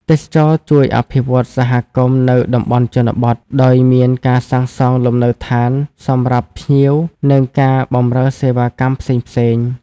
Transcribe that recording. ទេសចរណ៍ជួយអភិវឌ្ឍសហគមន៍នៅតំបន់ជនបទ ដោយមានការសាងសង់លំនៅដ្ឋានសម្រាប់ភ្ញៀវ និងការបម្រើសេវាកម្មផ្សងៗ។